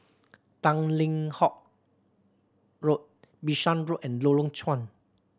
Tanglin Halt Road Bishan Road and Lorong Chuan